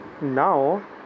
now